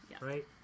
right